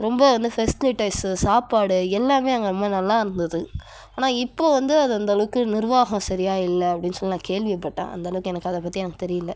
ரொம்ப வந்து பெசிலிட்டிஸ் சாப்பாடு எல்லாமே அங்கே ரொம்ப நல்லா இருந்தது ஆனால் இப்போ வந்து அது அந்த அளவுக்கு நிர்வாகம் சரியாக இல்லை அப்படின்னு சொல்லி நான் கேள்விப்பட்டேன் அந்த அளவுக்கு எனக்கு அதை பற்றி தெரியல